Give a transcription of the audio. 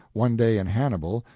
one day in hannibal,